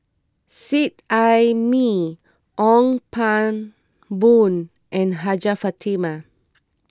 Seet Ai Mee Ong Pang Boon and Hajjah Fatimah